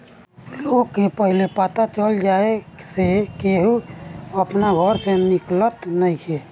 लोग के पहिले पता चल जाए से केहू अपना घर से निकलत नइखे